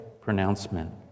pronouncement